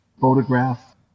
photograph